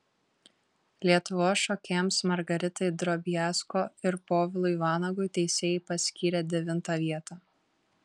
lietuvos šokėjams margaritai drobiazko ir povilui vanagui teisėjai paskyrė devintą vietą